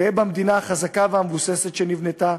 גאה במדינה החזקה והמבוססת שנבנתה,